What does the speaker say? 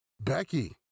Becky